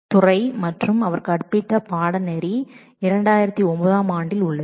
துறை மற்றும் அவர் கற்பித்த பாடநெறி 2009 ஆம் ஆண்டில் உள்ளது